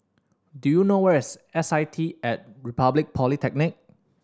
do you know where is S I T At Republic Polytechnic